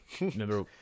Remember